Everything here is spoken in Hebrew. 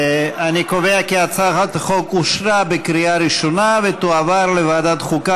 אני קובע כי הצעת החוק אושרה בקריאה ראשונה ותועבר לוועדת החוקה,